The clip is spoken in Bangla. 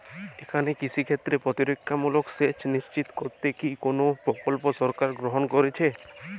এখানে কৃষিক্ষেত্রে প্রতিরক্ষামূলক সেচ নিশ্চিত করতে কি কোনো প্রকল্প সরকার গ্রহন করেছে?